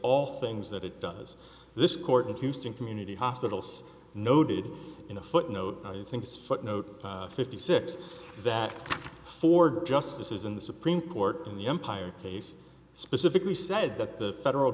all things that it does this court in houston community hospitals noted in a footnote he thinks footnote fifty six that ford justice is in the supreme court in the empire case specifically said that the federal